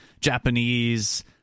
japanese